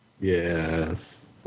Yes